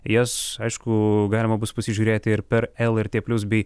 jas aišku galima bus pasižiūrėti ir per lrt plius bei